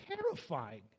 terrifying